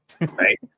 right